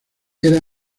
era